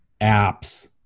apps